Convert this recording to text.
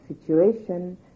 situation